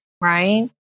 Right